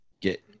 get